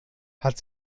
hat